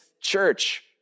church